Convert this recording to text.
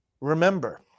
remember